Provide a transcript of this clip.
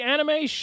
Anime